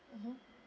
mmhmm